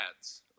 ads